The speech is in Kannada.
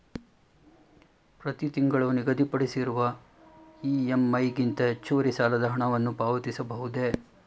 ಪ್ರತಿ ತಿಂಗಳು ನಿಗದಿಪಡಿಸಿರುವ ಇ.ಎಂ.ಐ ಗಿಂತ ಹೆಚ್ಚುವರಿ ಸಾಲದ ಹಣವನ್ನು ಪಾವತಿಸಬಹುದೇ?